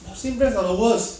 masking plans are lowest